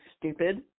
stupid